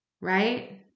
right